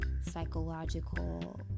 psychological